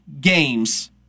games